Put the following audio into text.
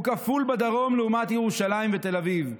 הוא כפול בדרום לעומת ירושלים ותל אביב: